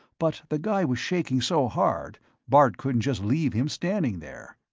but the guy was shaking so hard bart couldn't just leave him standing there.